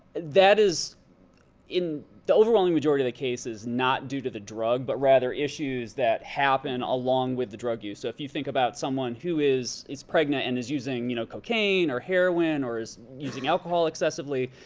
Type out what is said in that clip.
that is in the overwhelming majority of the cases not due to the drug, but rather issues that happen along with the drug use. so if you think about someone who is is pregnant, and is using you know cocaine or heroin, or is using alcohol excessively,